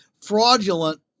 fraudulent